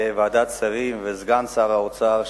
לוועדת שרים ולסגן שר האוצר,